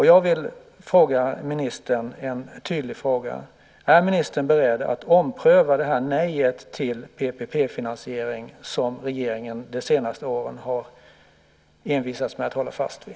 Jag vill ställa en tydlig fråga till ministern: Är ministern beredd att ompröva det nej till PPP-finansiering som regeringen under de senaste åren har envisats med att hålla fast vid?